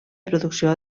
producció